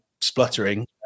spluttering